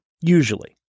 Usually